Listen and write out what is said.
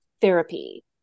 therapy